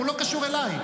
יש לי נתוני אמת,